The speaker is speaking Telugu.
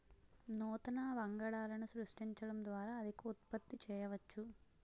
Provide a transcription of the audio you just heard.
నూతన వంగడాలను సృష్టించడం ద్వారా అధిక ఉత్పత్తి చేయవచ్చు